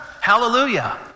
Hallelujah